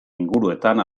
inguruetan